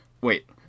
Wait